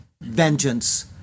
vengeance